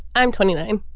i'm twenty nine.